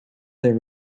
their